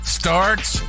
starts